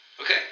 Okay